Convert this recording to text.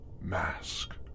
mask